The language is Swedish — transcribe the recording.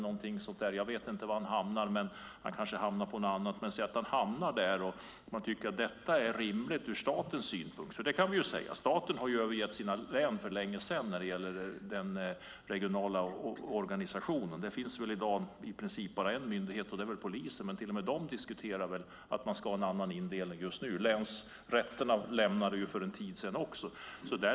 Jag vet inte var han hamnar, men säg att han hamnar där och tycker att det är rimligt ur statens synpunkt. Staten har för länge sedan övergett sina län när det gäller den regionala organisationen. Det finns i dag i princip bara en myndighet, nämligen polisen. Men till och med de diskuterar en annan indelning. Länsrätterna lämnade indelningen för en tid sedan.